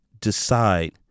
Decide